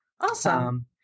Awesome